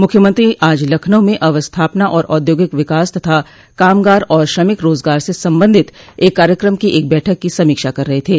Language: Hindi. मुख्यमंत्री आज लखऊ में अवस्थापना और औद्योगिक विकास तथा कामगार और श्रमिक रोजगार से संबंधित एक कार्यक्रम की एक बैठक की समीक्षा कर रहे थे